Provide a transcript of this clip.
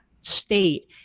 state